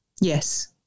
Yes